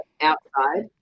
outside